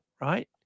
right